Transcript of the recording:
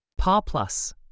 PARPLUS